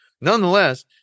Nonetheless